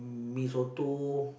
Mee-Soto